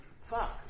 Fuck